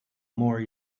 more